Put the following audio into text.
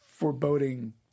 foreboding